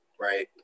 Right